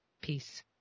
Peace